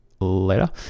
later